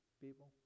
people